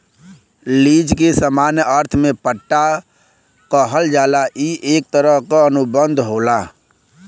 lease के सामान्य अर्थ में पट्टा कहल जाला ई एक तरह क अनुबंध होला